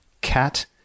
cat